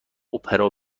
اپرا